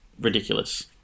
ridiculous